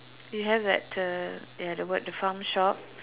you have that the ya the word the farm shop